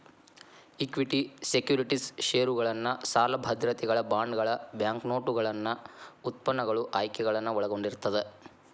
equity securities ಷೇರುಗಳನ್ನ ಸಾಲ ಭದ್ರತೆಗಳ ಬಾಂಡ್ಗಳ ಬ್ಯಾಂಕ್ನೋಟುಗಳನ್ನ ಉತ್ಪನ್ನಗಳು ಆಯ್ಕೆಗಳನ್ನ ಒಳಗೊಂಡಿರ್ತದ